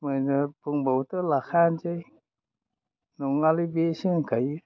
मोजां बुंब्लाथ' लाखायानोसै नंलालै बेसो होनखायो